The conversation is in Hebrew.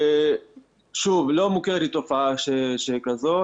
שוב, לא מוכרת לי תופעה שכזו.